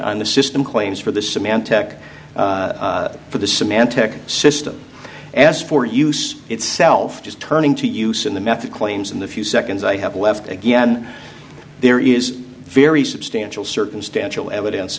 on the system claims for the symantec for the symantec system as for use itself just turning to use in the method claims in the few seconds i have left again there is very substantial circumstantial evidence